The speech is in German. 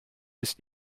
ist